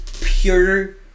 pure